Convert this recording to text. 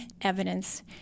evidence